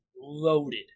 loaded